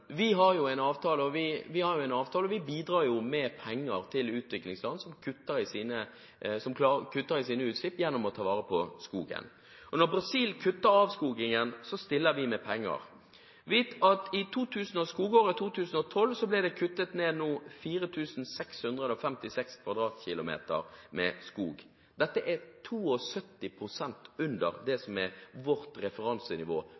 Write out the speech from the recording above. Vi har en avtale – vi bidrar med penger til utviklingsland som kutter i sine utslipp gjennom å ta vare på skogen. Når Brasil kutter i avskogingen, stiller vi med penger. Vit at i skogåret 2012 ble det kuttet ned 4 656 km2 skog. Det er 72 pst. under vårt referansenivå